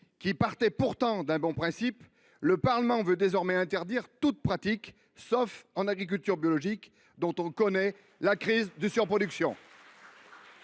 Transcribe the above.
qui partaient pourtant d’un bon principe, le Parlement européen veut désormais interdire toute pratique, sauf en agriculture biologique, secteur pourtant en crise de surproduction. En